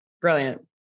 Brilliant